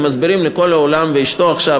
הם מסבירים לכל העולם ואשתו עכשיו,